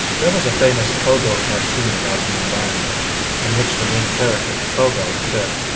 there was a famous pogo cartoon about the environment in which the main character pogo said,